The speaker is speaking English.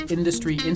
Industry